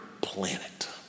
planet